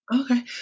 Okay